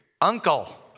uncle